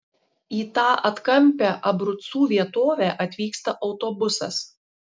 į tą atkampią abrucų vietovę atvyksta autobusas